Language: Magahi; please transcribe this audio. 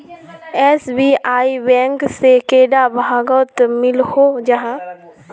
एस.बी.आई बैंक से कैडा भागोत मिलोहो जाहा?